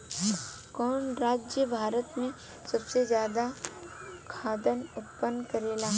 कवन राज्य भारत में सबसे ज्यादा खाद्यान उत्पन्न करेला?